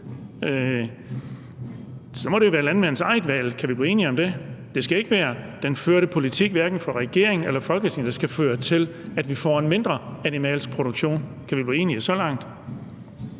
Så må det jo være landmandens eget valg. Kan vi blive enige om det? Det skal ikke være den førte politik, hverken fra regeringens eller Folketingets side, der skal føre til, at vi får en mindre animalsk produktion. Kan vi blive enige så langt?